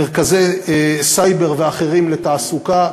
מרכזי סייבר ואחרים לתעסוקה,